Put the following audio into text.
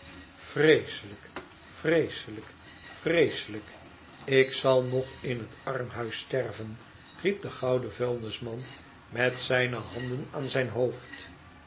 vreeselijk vreeselijk i ik zal nog in het armhuis sterven riep de gouden vuilnisman met zijne handen aan zijn hoofd